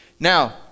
Now